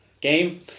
Game